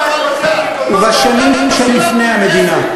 ובשנים שלפני המדינה.